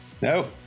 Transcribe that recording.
No